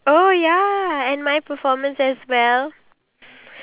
majority of the people like right now